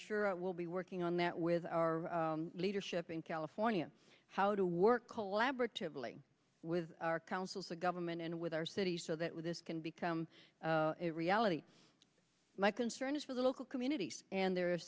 sure it will be worth king on that with our leadership in california how to work collaboratively with our councils the government and with our city so that with this can become a reality my concern is for the local communities and the